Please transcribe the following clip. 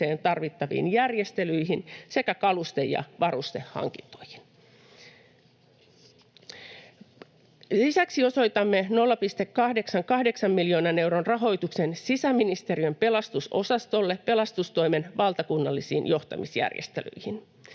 tarvittaviin järjestelyihin sekä kaluste‑ ja varustehankintoihin. Lisäksi osoitamme 0,88 miljoonan euron rahoituksen sisäministeriön pelastusosastolle pelastustoimen valtakunnallisiin johtamisjärjestelyihin.